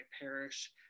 parish